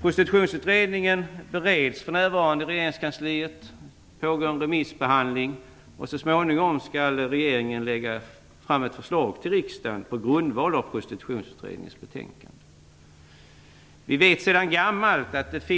Prostitutionsutredningens betänkande bereds för närvarande i regeringskansliet, det pågår en remissbehandling, och så småningom skall regeringen lägga fram ett förslag till riksdagen på grundval av Prostitutionsutredningens betänkande. Vi vet sedan gammalt att det